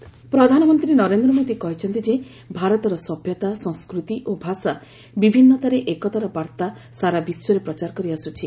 ମନ କି ବାତ ପ୍ରଧାନମନ୍ତ୍ରୀ ନରେନ୍ଦ୍ର ମୋଦି କହିଛନ୍ତି ଯେ ଭାରତର ସଭ୍ୟତା ସଂସ୍କୃତି ଓ ଭାଷା ବିଭିନ୍ନତାରେ ଏକତାର ବାର୍ତ୍ତା ସାରା ବିଶ୍ୱରେ ପ୍ରଚାର କରିଆସୁଛି